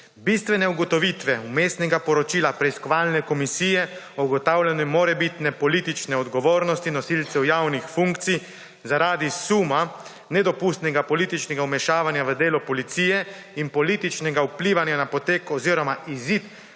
Bistvene ugotovitve Vmesnega poročila Preiskovalne komisije o ugotavljanju morebitne politične odgovornosti nosilcev javnih funkcij zaradi suma nedopustnega političnega vmešavanja v delo policije in političnega vplivanja na potek oziroma izid